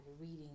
reading